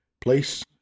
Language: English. Place